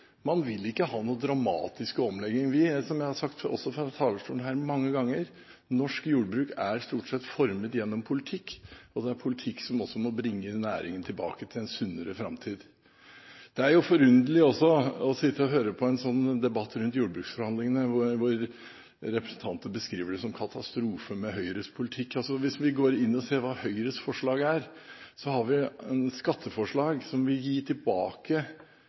Man vil ikke ha noen dramatisk omlegging. Som jeg har sagt fra denne talerstolen mange ganger, er norsk jordbruk stort sett formet gjennom politikk, og det er politikk som også må bringe næringen tilbake til en sunnere framtid. Det er også forunderlig å sitte og høre på en debatt rundt jordbruksforhandlingene hvor representanter beskriver det som katastrofe med Høyres politikk. Hvis vi går inn og ser på hva Høyres forslag går ut på, har vi skatteforslag som vil gi tilbake